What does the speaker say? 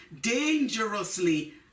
dangerously